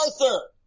Arthur